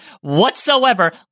whatsoever